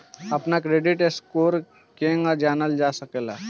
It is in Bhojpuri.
अपना क्रेडिट स्कोर केगा जानल जा सकेला?